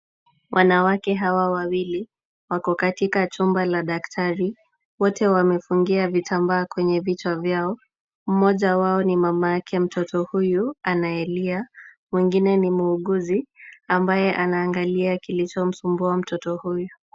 Wanawake hawa wawili wako katika jumba la daktari. Wote wamefungia vitambaa kwenye vichwa vyao. Mmoja wao ni mamake mtoto huyu anayelia, mwingine ni muuguzi ambaye anaangalia kilichomsumbua mtoto huyu.